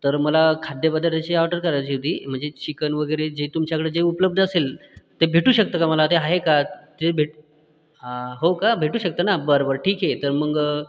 तर मला खाद्यपदार्थाची ऑर्डर करायची होती म्हणजे चिकन वगैरे जे तुमच्याकडे जे उपलब्ध असेल ते भेटू शकतं का मला ते आहे का जे भेट हो का भेटू शकतं ना बरं बरं ठीक आहे तर मग